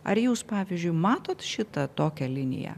ar jūs pavyzdžiui matot šitą tokią liniją